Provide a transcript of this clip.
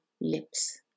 lips